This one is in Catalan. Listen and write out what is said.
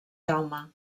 jaume